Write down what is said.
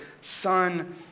son